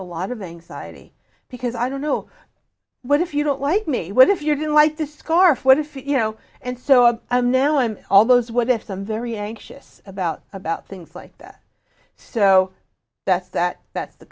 a lot of anxiety because i don't know what if you don't like me what if you're going like this scarf what if you know and so i'm now i'm all those what if some very anxious about about things like that so that's that that's the